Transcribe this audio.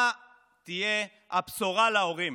מה תהיה הבשורה להורים?